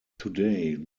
today